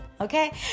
okay